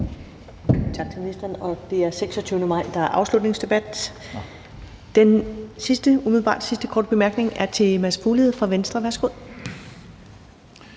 Tak til ministeren. Det er den 26. maj, der er afslutningsdebat. Den umiddelbart sidste korte bemærkning er til Mads Fuglede fra Venstre. Værsgo.